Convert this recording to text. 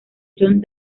john